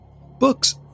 books